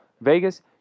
Vegas